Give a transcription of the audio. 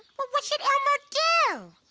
what should elmo do?